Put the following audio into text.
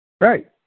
Right